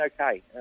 okay